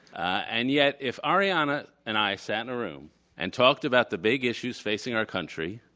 and yet if arianna and i sat in a room and talked about the big issues facing our country,